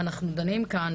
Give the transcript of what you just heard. אזרחים ואזרחיות בקשת של שפה.